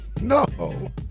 No